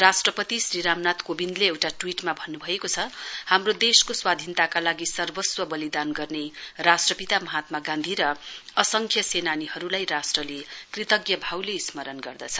राष्ट्रपति श्री रामनाथ कोविन्दले एउटा ट्वीटमा भन्नुभएको छ हाम्रो देशको स्वाधीनताका लागि सर्वस्व बलिदान गर्ने राष्ट्रपिता महात्मा गान्धी र असंख्य सेनानीहरुलाई राष्ट्रले कृतज्ञ भावले स्मरण गर्दछ